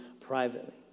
privately